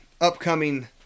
upcoming